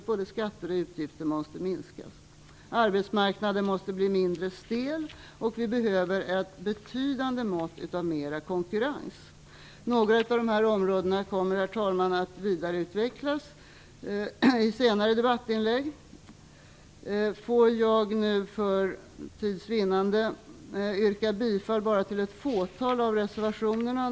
Både skatter och utgifter måste minskas. Arbetsmarknden måste bli mindre stel. Vi behöver ett betydande mått av mer konkurrens. Några av dessa områden, herr talman, kommer att vidareutvecklas i senare debattinlägg. För tids vinnande yrkar jag bifall till endast ett fåtal av reservationerna.